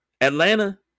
Atlanta